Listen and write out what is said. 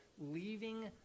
leaving